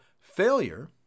Failure